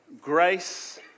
grace